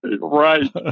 Right